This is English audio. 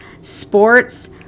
sports